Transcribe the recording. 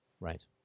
Right